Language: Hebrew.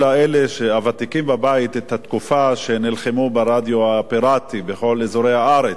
לוותיקים בבית זכורה התקופה שנלחמו ברדיו הפיראטי בכל אזורי הארץ.